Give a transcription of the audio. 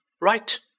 Right